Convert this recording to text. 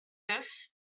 neuf